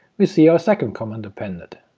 we see our second comment appended.